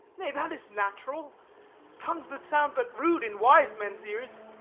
nay that is natural tongues that sound but rude in wise men's ears,